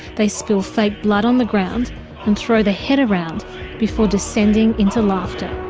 they spill fake blood on the ground and throw the head around before descending into laughter.